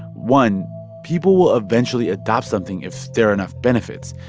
one people will eventually adopt something if there are enough benefits.